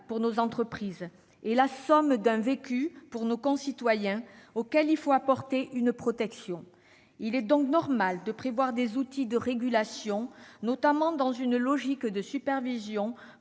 pour nos entreprises, et la somme d'un vécu pour nos concitoyens, auxquels il faut apporter une protection. Il est donc normal de prévoir des outils de régulation, notamment dans une logique de supervision,